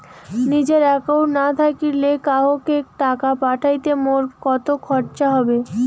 নিজের একাউন্ট না থাকিলে কাহকো টাকা পাঠাইতে মোর কতো খরচা হবে?